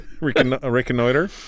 Reconnoiter